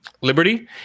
Liberty